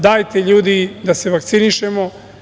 Dajte, ljudi, da se vakcinišemo.